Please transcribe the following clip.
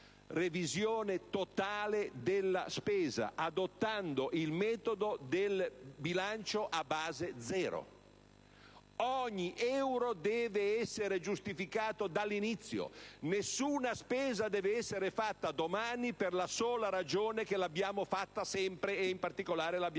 revisione totale della spesa adottando il metodo del bilancio a base zero. Ogni euro deve essere giustificato dall'inizio. Nessuna spesa deve essere fatta domani per la sola ragione che l'abbiamo fatta sempre e in particolare ieri: nessuna